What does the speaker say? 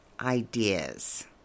ideas